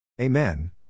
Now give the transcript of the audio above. Amen